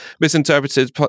misinterpreted